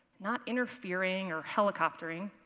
not interfering or helicoptering,